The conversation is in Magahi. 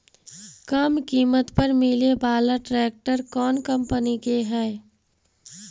कम किमत पर मिले बाला ट्रैक्टर कौन कंपनी के है?